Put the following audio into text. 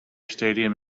stadium